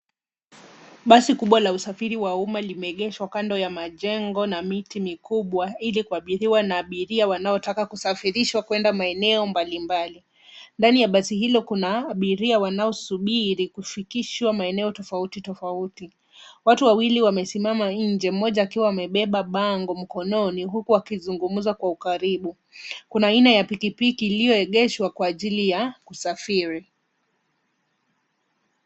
Basi kubwa la usafiri wa umma limeegeshwa kando ya majengo na miti mikubwa, ili kuabiriwa na abiria wanaotaka kusafirishwa kwenda maeneo mbalimbali. Ndani ya basi hilo kuna abiria wanaosubiri kufikishwa maeneo tofauti tofauti. Watu wawili wamesimama nje moja akiwa amebeba bango mkononi huku akizungumza kwa ukaribu. Kuna aina ya pikipiki iliyoegeshwa kwa ajili ya, kusafiri.